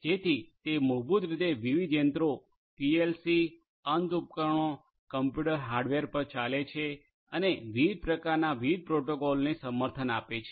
જેથી તે મૂળભૂત રીતે વિવિધ યંત્રો પીએલસી અંત ઉપકરણો કમ્પ્યુટર હાર્ડવેર પર ચાલે છે અને વિવિધ પ્રકારના વિવિધ પ્રોટોકોલોને સમર્થન આપે છે